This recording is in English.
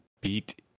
beat